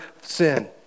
sin